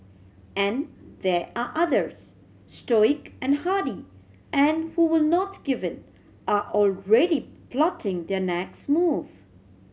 and there are others stoic and hardy and who will not give in are already plotting their next move